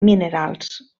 minerals